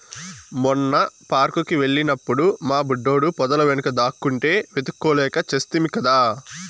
మొన్న పార్క్ కి వెళ్ళినప్పుడు మా బుడ్డోడు పొదల వెనుక దాక్కుంటే వెతుక్కోలేక చస్తిమి కదా